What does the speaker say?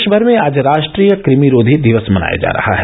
देश भर में आज रा ट्रीय कृमिरोधी दिवस मनाया जा रहा है